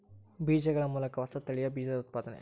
ಬೇಜಗಳ ಮೂಲಕ ಹೊಸ ತಳಿಯ ಬೇಜದ ಉತ್ಪಾದನೆ